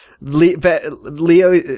Leo